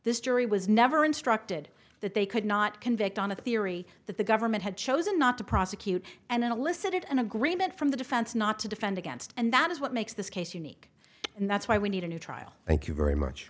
this jury was never instructed that they could not convict on a theory that the government had chosen not to prosecute and then elicited an agreement from the defense not to defend against and that is what makes this case unique and that's why we need a new trial thank you very much